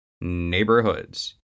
neighborhoods